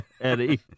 Eddie